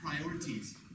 priorities